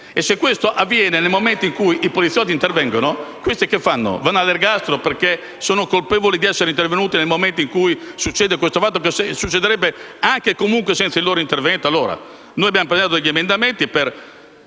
E, se questo avviene nel momento in cui i poliziotti intervengono, questi che fanno? Vanno all'ergastolo, perché sono colpevoli di essere intervenuti nel momento in cui è successo questo fatto, che sarebbe successo anche e comunque senza il loro intervento?